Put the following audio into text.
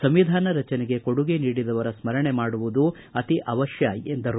ಸಂವಿಧಾನ ರಚನೆಗೆ ಕೊಡುಗೆ ನೀಡಿದವರ ಸ್ಪರಣೆ ಮಾಡುವುದು ಅತಿ ಅವಶ್ವಕವಾಗಿದೆ ಎಂದರು